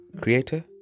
creator